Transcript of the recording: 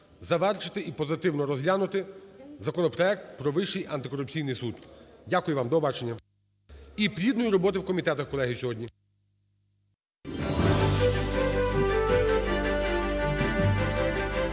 завершити і позитивно розглянути законопроект про Вищий антикорупційний суд. Дякую вам. До побачення. І плідної роботи в комітетах, колеги, сьогодні.